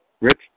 Rich